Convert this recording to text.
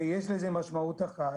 יש לזה משמעות אחת,